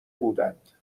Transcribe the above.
بودند